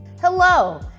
Hello